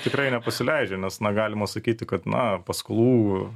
tikrai yra nepasileidžia nes na galima sakyti kad na paskolų